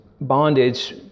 bondage